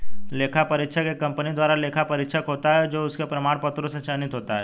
लेखा परीक्षक एक कंपनी द्वारा लेखा परीक्षक होता है जो उसके प्रमाण पत्रों से चयनित होता है